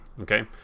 Okay